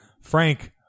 Frank